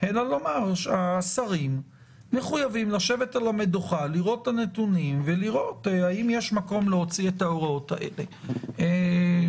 ויתירה מזו, יש שם את סעיף 2(ט),